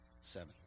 seven